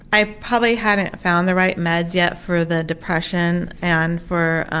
i probably hadn't found the right meds yet for the depression and for